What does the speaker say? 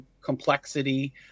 complexity